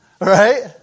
Right